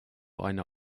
einer